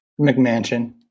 McMansion